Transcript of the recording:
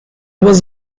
was